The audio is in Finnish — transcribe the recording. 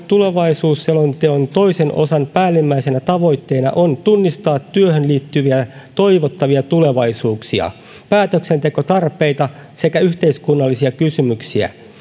tulevaisuusselonteon toisen osan päällimmäisenä tavoitteena on tunnistaa työhön liittyviä toivottavia tulevaisuuksia päätöksentekotarpeita sekä yhteiskunnallisia kysymyksiä